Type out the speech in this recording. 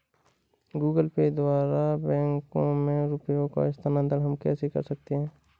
Google Pay द्वारा bank में रुपयों का स्थानांतरण हम कैसे कर सकते हैं?